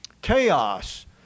Chaos